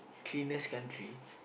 cleanest country